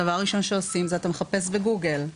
הדבר הראשון שעושים, אתה מחפש ב-גוגל.